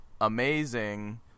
amazing